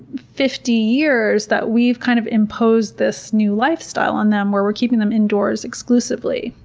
fifty years that we've, kind of, imposed this new lifestyle on them where we're keeping them indoors exclusively.